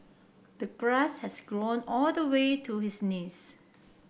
the grass had grown all the way to his knees